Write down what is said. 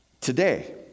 Today